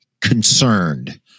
concerned